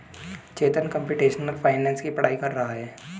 चेतन computational finance की पढ़ाई कर रहा है